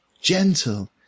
gentle